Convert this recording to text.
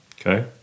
Okay